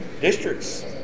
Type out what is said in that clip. Districts